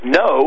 no